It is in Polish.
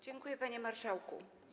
Dziękuję, panie marszałku.